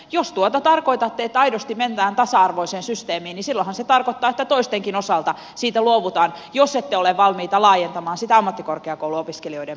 jos tuota tarkoitatte että aidosti mennään tasa arvoiseen systeemiin niin silloinhan se tarkoittaa että toistenkin osalta siitä luovutaan jos ette ole valmiita laajentamaan si tä ammattikorkeakouluopiskelijoiden puolelle